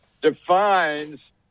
defines